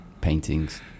paintings